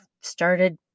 started